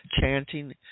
Chanting